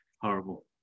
horrible